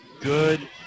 Good